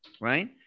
right